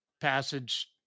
passage